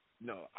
No